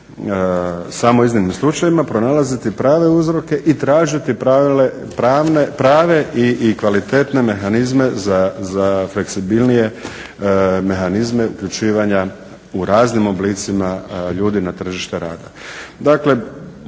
samo u iznimnim slučajevima pronalaziti prave uzroke i tražiti prave i kvalitetne mehanizme za fleksibilnije mehanizme uključivanja u raznim oblicima ljudi na tržište rada.